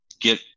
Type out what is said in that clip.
get